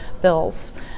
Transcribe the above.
bills